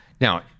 Now